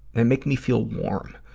they make me feel warm.